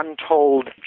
untold